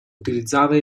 utilizzava